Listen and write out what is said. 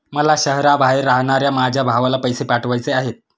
मला शहराबाहेर राहणाऱ्या माझ्या भावाला पैसे पाठवायचे आहेत